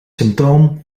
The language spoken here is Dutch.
symptoom